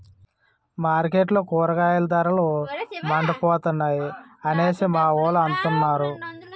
మార్కెట్లో కూరగాయల ధరలు మండిపోతున్నాయి అనేసి మావోలు అంతన్నారు